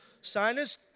Sinus